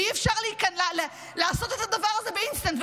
אי-אפשר לעשות את הדבר הזה באינסטנט.